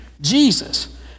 Jesus